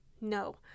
No